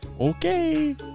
Okay